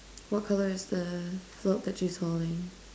what colour is the float that she's holding